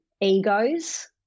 egos